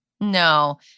No